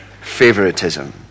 favoritism